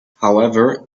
however